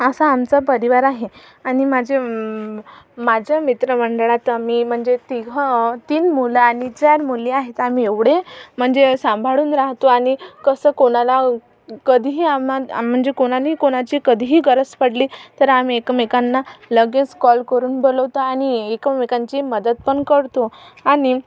असा आमचा परिवार आहे आणि माझे माझ्या मित्रमंडळात आम्ही म्हणजे तिघं तीन मुलं आणि चार मुली आहेत आम्ही एवढे म्हणजे संभाळून राहतो आणि कसं कोणाला कधीही आम्ह आम म्हणजे कोणाला कोणाची कधीही गरज पडली तर आम्ही एकमेकांना लगेच कॉल करून बोलवतो आणि एकमेकांची मदत पण करतो आणि